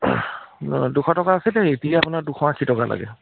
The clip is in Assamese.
দুশ টকা আছিলে এতিয়া আপোনাৰ দুশ আশী টকা লাগে